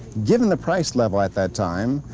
given the price level at that time.